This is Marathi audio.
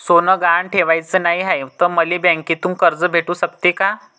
सोनं गहान ठेवाच नाही हाय, त मले बँकेतून कर्ज भेटू शकते का?